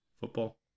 football